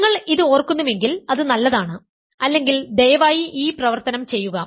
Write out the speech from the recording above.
നിങ്ങൾ ഇത് ഓർക്കുന്നുവെങ്കിൽ അത് നല്ലതാണ് അല്ലെങ്കിൽ ദയവായി ഈ പ്രവർത്തനം ചെയ്യുക